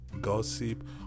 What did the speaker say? gossip